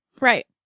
Right